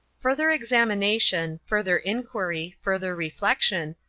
further examination, further inquiry, further reflection,